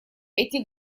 эти